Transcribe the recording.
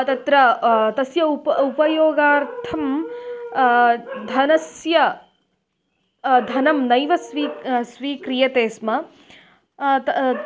तत्र तस्य उप उपयोगार्थं धनस्य धनं नैव स्वी स्वीक्रियते स्म त